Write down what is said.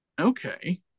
Okay